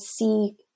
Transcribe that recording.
see